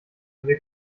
wir